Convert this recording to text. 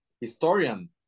historian